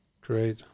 Great